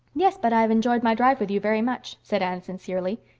yes, but i have enjoyed my drive with you very much, said anne sincerely.